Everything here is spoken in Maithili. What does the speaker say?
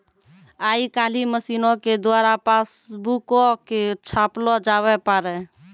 आइ काल्हि मशीनो के द्वारा पासबुको के छापलो जावै पारै